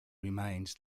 remains